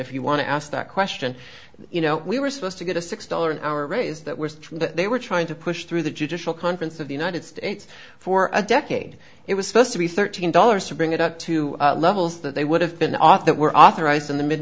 if you want to ask that question you know we were supposed to get a six dollars an hour raise that they were trying to push through the judicial conference of the united states for a decade it was supposed to be thirteen dollars to bring it up to levels that they would have been ot that were authorized in the mid